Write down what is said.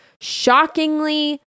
Shockingly